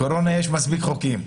לקורונה יש מספיק חוקים.